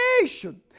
nation